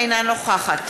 אינה נוכחת